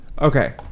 okay